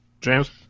James